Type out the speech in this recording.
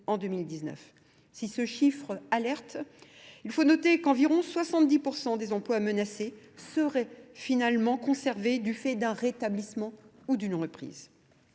Si ce chiffre alerte, il faut noter qu'environ 70% des emplois amenacés seraient finalement conservés du fait d'un rétablissement ou d'une reprise.